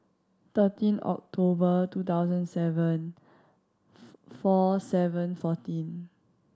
thirteen October two thousand seven four seven fourteen